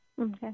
Okay